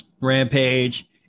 Rampage